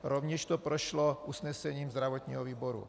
Rovněž to prošlo usnesením zdravotního výboru.